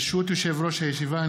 ברשות יושב-ראש הישיבה,